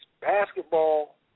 basketball